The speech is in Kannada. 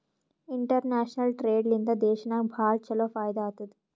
ಇಂಟರ್ನ್ಯಾಷನಲ್ ಟ್ರೇಡ್ ಲಿಂದಾ ದೇಶನಾಗ್ ಭಾಳ ಛಲೋ ಫೈದಾ ಆತ್ತುದ್